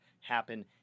happen